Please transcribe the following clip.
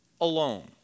alone